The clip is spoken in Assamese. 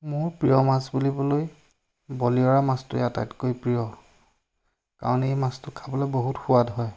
মোৰ প্ৰিয় মাছ বুলিবলৈ বলিয়ৰা মাছটোৱেই আটাইতকৈ প্ৰিয় কাৰণ সেই মাছটো খাবলৈ বহুত সোৱাদ হয়